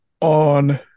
on